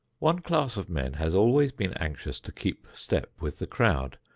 one class of men has always been anxious to keep step with the crowd.